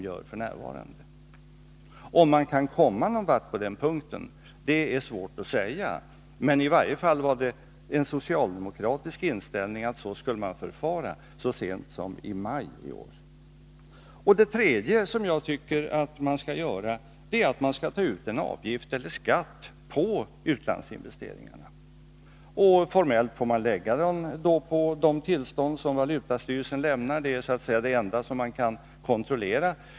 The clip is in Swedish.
Det är svårt att säga om det går att komma någon vart i det här avseendet, men det var i varje fall en socialdemokratisk inställning så sent som i maj i år att vi borde förfara på detta sätt. En tredje sak som jag tycker man skall göra är att ta ut en avgift eller skatt på utlandsinvesteringarna. Formellt får man då lägga detta på de tillstånd som valutastyrelsen lämnar, eftersom det är det enda som kan kontrolleras.